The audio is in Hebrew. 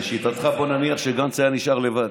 בוא נניח שגנץ היה נשאר לבד.